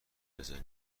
بزنی